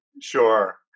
Sure